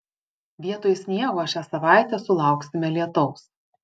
vietoj sniego šią savaitę sulauksime lietaus